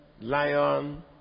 lion